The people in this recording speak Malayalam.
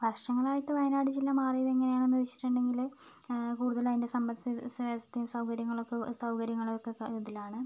വർഷങ്ങളായിട്ട് വയനാട് ജില്ല മാറിയത് എങ്ങനെയാണെന്ന് വെച്ചിട്ടുണ്ടെങ്കിൽ കൂടുതൽ അതിന്റെ സമ്പത്ത് വ്യവസ്ഥ സൗകര്യങ്ങളൊക്കെ സൗകര്യങ്ങളൊക്കെ ഇതിലാണ്